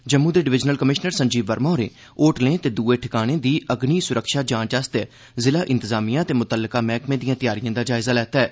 जम्मू दे divisional commissioner Sanjeev Verma होरें होटलें ते द्ए ठिकानें दी अग्नि सुरक्षा जांच आस्तै ज़िला इंतजामिएं ते मुत्तलका महकमें दियें त्यारियें दा जायजा लैता ऐ